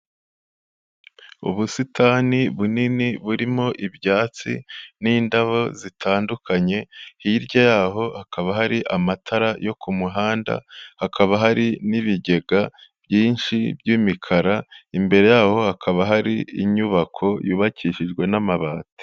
Ubusitani bunini burimo ibyatsi n'indabo zitandukanye, hirya yaho hakaba hari amatara yo ku muhanda hakaba hari n'ibigega byinshi by'imikara, imbere yabo hakaba hari inyubako yubakishijwe n'amabati.